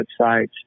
websites